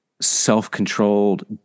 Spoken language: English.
self-controlled